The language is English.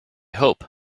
hope